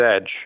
Edge